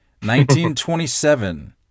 1927